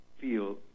feel